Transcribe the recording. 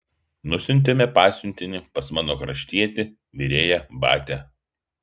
nusiuntėme pasiuntinį pas mano kraštietį virėją batią